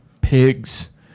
pigs